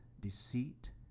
deceit